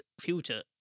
future